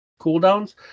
cooldowns